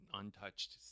untouched